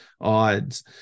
odds